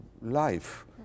life